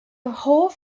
hoff